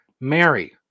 Mary